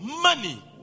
money